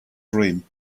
dream